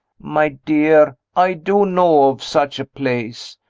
my dear, i do know of such a place!